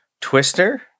Twister